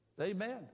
Amen